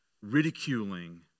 ridiculing